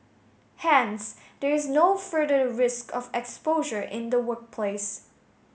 hence there is no further risk of exposure in the workplace